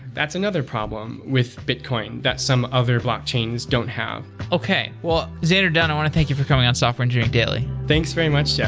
that's another problem with bitcoin that some other blockchains don't have. okay. xander dunn, i want to thank you for coming on software engineering daily thanks very much, yeah